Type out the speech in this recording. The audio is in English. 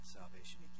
salvation